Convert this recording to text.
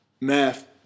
math